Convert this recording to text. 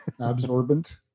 Absorbent